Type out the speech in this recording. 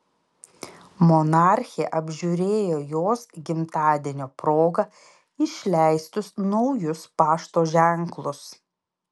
monarchė apžiūrėjo jos gimtadienio proga išleistus naujus pašto ženklus